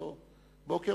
באותו בוקר.